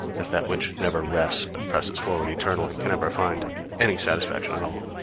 as that which never rests, but presses forward eternally, can ever find any satisfaction at all.